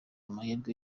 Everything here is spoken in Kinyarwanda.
amahirwe